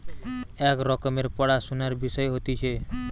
এক রকমের পড়াশুনার বিষয় হতিছে